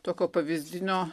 tokio pavyzdinio